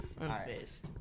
Unfazed